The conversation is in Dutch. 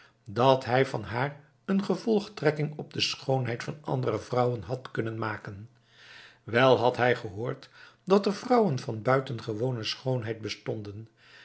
dat hij van haar een gevolgtrekking op de schoonheid van andere vrouwen had kunnen maken wel had hij gehoord dat er vrouwen van buitengewone schoonheid bestonden